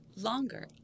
Longer